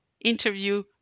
Interview